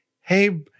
hey